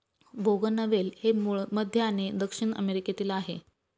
बोगनवेल हे मूळ मध्य आणि दक्षिण अमेरिकेतील आहे